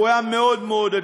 הוא היה עדין מאוד מאוד.